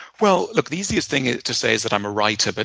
well, look, the easiest thing to say is that i'm a writer, but